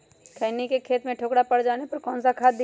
खैनी के खेत में ठोकरा पर जाने पर कौन सा खाद दी?